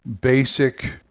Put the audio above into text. basic